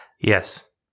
Yes